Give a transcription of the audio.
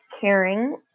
caring